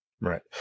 Right